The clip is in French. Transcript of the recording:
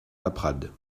laprade